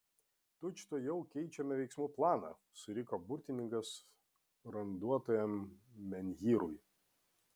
tučtuojau keičiame veiksmų planą suriko burtininkas randuotajam menhyrui